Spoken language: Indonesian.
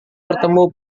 bertemu